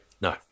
no